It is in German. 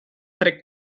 trägt